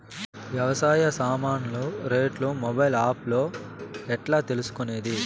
వ్యవసాయ సామాన్లు రేట్లు మొబైల్ ఆప్ లో ఎట్లా తెలుసుకునేది?